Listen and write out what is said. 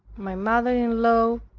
my mother-in-law,